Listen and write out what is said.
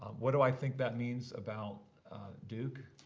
um what do i think that means about duke?